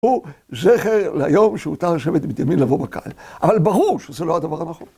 הוא זכר ליום שהותר שבט בנימין לבוא בקהל, אבל ברור שזה לא הדבר הנכון.